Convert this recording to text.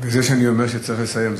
וזה שאני אומר שצריך לסיים,